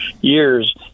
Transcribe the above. years